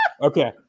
Okay